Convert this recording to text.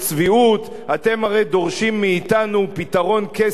אתם הרי דורשים מאתנו פתרון קסם בן-לילה,